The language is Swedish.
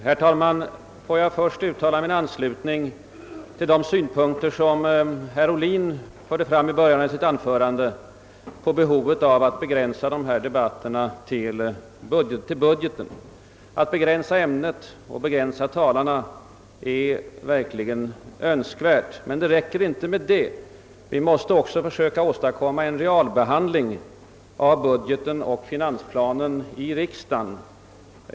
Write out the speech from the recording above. Herr talman! Får jag först uttala min anslutning till de synpunkter som herr Ohlin förde fram i början av sitt anförande på behovet av att begränsa remissdebatten till budgeten! Att begränsa ämnet och begränsa talarna är verkligen önskvärt, men det räcker inte med det; vi måste också försöka åstadkomma en realbehandling av budgeten och finansplanen i riksdagen.